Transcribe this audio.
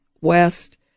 west